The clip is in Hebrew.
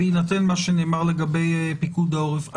בהינתן מה שנאמר לגבי פיקוד העורף,